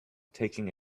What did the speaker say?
taking